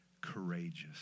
Courageous